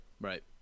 right